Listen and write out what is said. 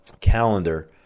calendar